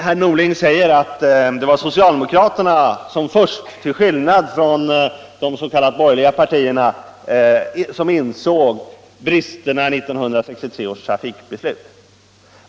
Herr Norling säger att det var socialdemokraterna som, till skillnad från de s.k. borgerliga partierna, insåg bristerna i 1963 års trafikbeslut.